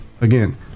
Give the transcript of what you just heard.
Again